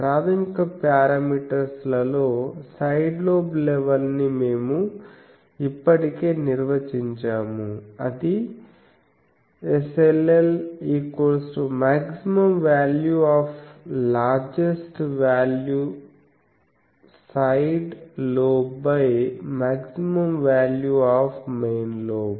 ప్రాథమిక పారామీటర్స్ లలో side lobe level ని మేము ఇప్పటికే నిర్వచించాము అది maximum value of largest value side lobe maximum value of main lobe